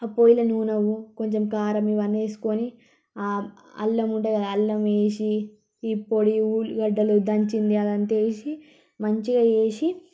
ఆ పొయ్యిలో నూనె కొంచెం కారం ఇవన్నీ ఏసుకొని అల్లం ఉంటుంది కదా అల్లమేసి ఈ పొడి ఉల్లిగడ్డలు దంచింది అదంతా వేసి మంచిగా వేసి